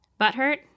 Butthurt